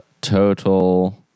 Total